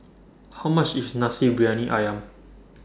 How much IS Nasi Briyani Ayam